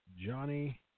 Johnny